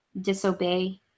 disobey